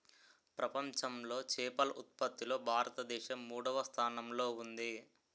ప్రపంచంలో చేపల ఉత్పత్తిలో భారతదేశం మూడవ స్థానంలో ఉంది